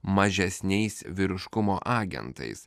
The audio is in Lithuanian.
mažesniais vyriškumo agentais